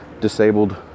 disabled